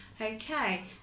Okay